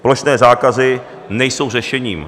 Plošné zákazy nejsou řešením.